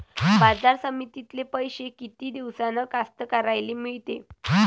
बाजार समितीतले पैशे किती दिवसानं कास्तकाराइले मिळते?